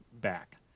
back